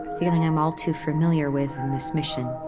feeling i'm all too familiar with on this mission.